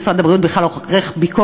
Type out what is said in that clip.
אם משרד הבריאות בכלל עורך ביקורת,